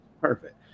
perfect